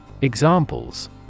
Examples